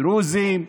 דרוזים,